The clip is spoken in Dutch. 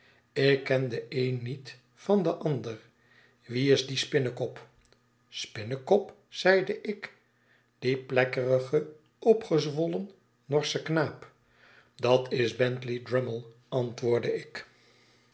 ik ken den een niet van den ander wie is die spinnekop spinnekop zeide ik die plekkerige opgezwollen norsche knaap dat is bentley drummle antwoordde ik